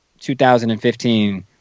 2015